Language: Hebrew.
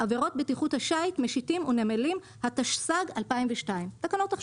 עבירות בטיחות השיט משיטים ונמלים התשס"ג 2002. תקנות אחרות.